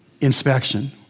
inspection